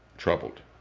troubled.